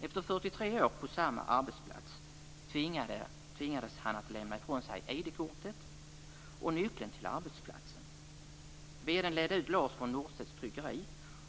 Efter 43 år på samma arbetsplats tvingades han lämna ifrån sig ID-kortet och nyckeln till arbetsplatsen. VD-n ledde ut Lars från Norstedts tryckeri,